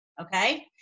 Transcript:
Okay